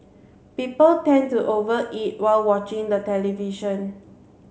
people tend to over eat while watching the television